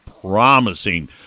promising